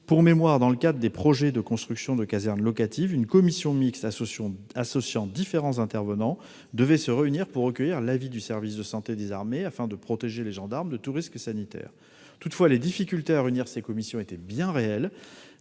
Pour mémoire, dans le cadre des projets de constructions de casernes locatives, une commission mixte associant différents intervenants devait se réunir pour recueillir l'avis du service de santé des armées afin de protéger les gendarmes de tout risque sanitaire. Toutefois, les difficultés à réunir ces commissions étaient réelles